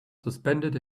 suspended